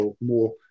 more